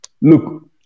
look